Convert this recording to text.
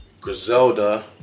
Griselda